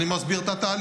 אז אני מסביר את התהליך.